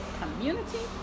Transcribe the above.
community